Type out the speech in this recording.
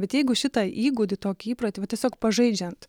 bet jeigu šitą įgūdį tokį įprotį va tiesiog pažaidžiant